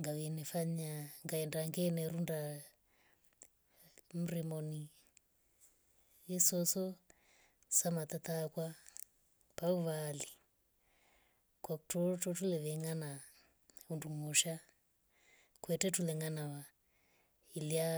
ngame efanya ngaena ngerunda mrimoni iswoswo samatata akwa pauvali. kotwo tutre velingana hundumusha ketwetrwe kulingana waa ilia